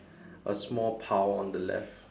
a small pile on the left